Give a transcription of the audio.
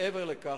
מעבר לכך,